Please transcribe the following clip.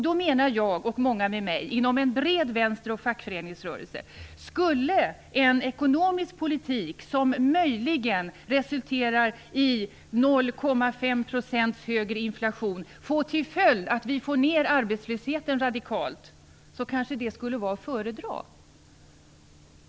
Då menar jag, och många med mig, inom en bred vänster och fackföreningsrörelse, att om en ekonomisk politik som möjligen resulterar i 0,5 % högre inflation får till följd att vi får ned arbetslösheten radikalt, så skulle den politiken kanske vara att föredra.